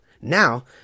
Now